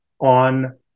on